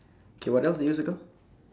K what else did you circle